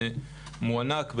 מוענק,